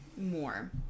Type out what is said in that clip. more